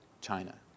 China